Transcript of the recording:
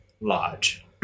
large